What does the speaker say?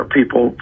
people